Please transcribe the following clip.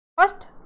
first